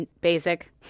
basic